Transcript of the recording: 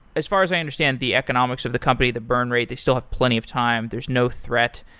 as far as i understand, the economics of the company, the burn rate, they still have plenty of time. there's no threat.